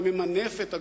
היא ממנפת,